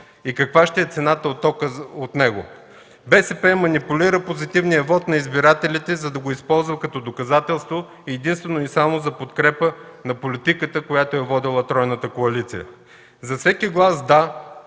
и каква ще е цената на тока от него. БСП манипулира позитивния вот на избирателите, за да го използва като доказателство единствено и само за подкрепа на политиката, която е водила тройната коалиция. Всеки глас „да”